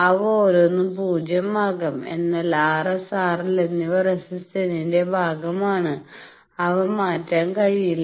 അവ ഓരോന്നും പൂജ്യമാകാം എന്നാൽ RS RL എന്നിവ റെസിസ്റ്റൻസിന്റെ ഭാഗമാണ് അവ മാറ്റാൻ കഴിയില്ല